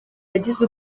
yagize